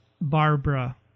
Barbara